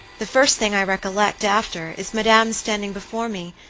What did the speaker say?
the first thing i recollect after, is madame standing before me,